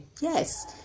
yes